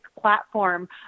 platform